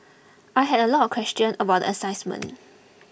I had a lot of questions about the